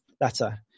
letter